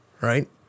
right